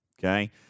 okay